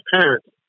parents